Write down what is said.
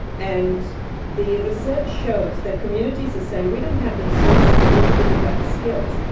and the research shows that communities are saying, we don't have the resources, neither do we have the skills.